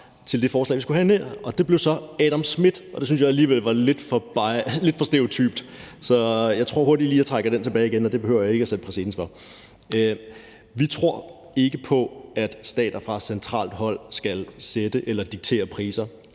til det forslag, vi skulle have her. Det blev så Adam Smith, og det synes jeg alligevel var lidt for stereotypt, så jeg tror lige, at jeg hurtigt trækker den tilbage igen. Det behøver jeg ikke at sætte præcedens for. Vi tror ikke på, at stater fra centralt hold skal sætte eller diktere priser,